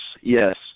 Yes